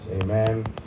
Amen